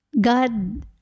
God